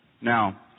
Now